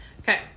okay